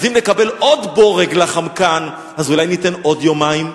אז אם נקבל עוד בורג ל"חמקן" אז אולי ניתן עוד יומיים?